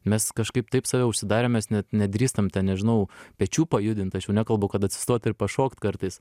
mes kažkaip taip save užsidarėm mes net nedrįstam nežinau pečių pajudint aš jau nekalbu kad atsistot ir pašokt kartais